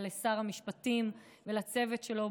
לשר המשפטים ולצוות שלו,